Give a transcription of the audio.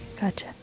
Gotcha